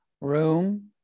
room